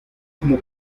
como